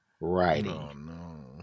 writing